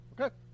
Okay